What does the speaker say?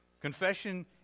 Confession